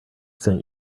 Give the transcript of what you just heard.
sent